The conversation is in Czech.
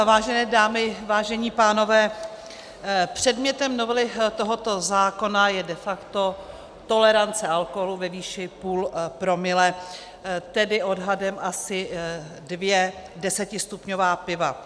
Vážené dámy, vážení pánové, předmětem novely tohoto zákona je de facto tolerance alkoholu ve výši půl promile, tedy odhadem asi dvě desetistupňová piva.